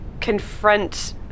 confront